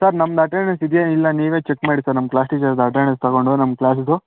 sir ನಮ್ದು attendance ಇದೆಯಾ ಇಲ್ಲ ನೀವೇ ಚೆಕ್ ಮಾಡಿ ಸರ್ ನಮ್ಮ ಕ್ಲಾಸ್ ಟೀಚರ್ ಹತ್ರ ಅಟೆಂಡೆನ್ಸ್ ತಗೊಂಡು ನಮ್ಮ ಕ್ಲಾಸದು